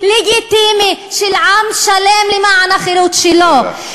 לגיטימי של עם שלם למען החירות שלו.